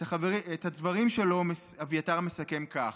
את הדברים שלו אביתר מסכם כך: